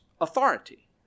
authority